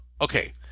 okay